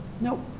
Nope